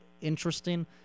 interesting